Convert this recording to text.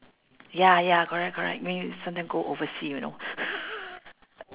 ya ya correct correct make you sometime go oversea you know